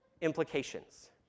implications